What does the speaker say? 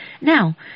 Now